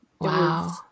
wow